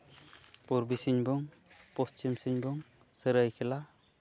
ᱯᱩᱨᱵᱤ ᱥᱤᱝᱵᱷᱩᱢ ᱯᱚᱥᱪᱷᱤᱢ ᱥᱤᱝᱵᱷᱩᱢ ᱥᱚᱨᱟᱭ ᱠᱮᱞᱞᱟ